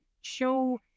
show